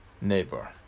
neighbor